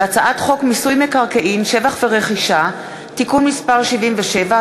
והצעת חוק מיסוי מקרקעין (שבח ורכישה) (תיקון מס' 77),